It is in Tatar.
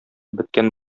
беткән